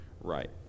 right